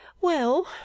Well